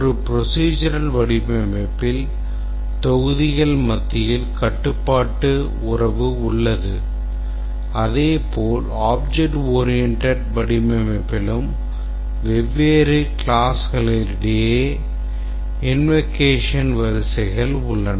ஒரு procedural வடிவமைப்பில் தொகுதிகள் மத்தியில் கட்டுப்பாட்டு உறவு உள்ளது அதேபோல் object oriented வடிவமைப்பிலும் வெவ்வேறு classகளிடையே invocation வரிசைகள் உள்ளன